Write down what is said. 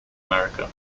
america